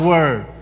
Word